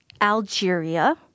Algeria